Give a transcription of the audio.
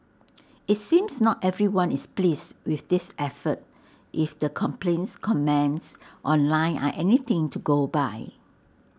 IT seems not everyone is pleased with this effort if the complaints comments online are anything to go by